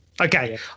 Okay